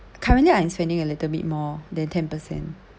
currently I'm spending a little bit more than ten percent